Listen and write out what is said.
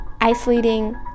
isolating